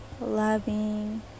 loving